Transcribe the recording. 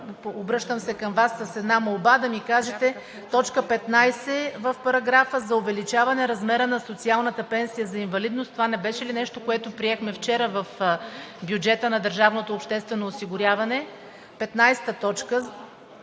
Обръщам се към Вас с една молба да ни кажете т. 15 в параграфа за увеличаване размера на социалната пенсия за инвалидност – това не беше ли нещо, което приехме вчера в бюджета на държавното обществено осигуряване?